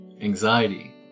anxiety